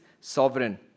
sovereign